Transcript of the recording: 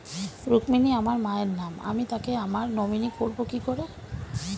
রুক্মিনী আমার মায়ের নাম আমি তাকে আমার নমিনি করবো কি করে?